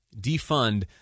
defund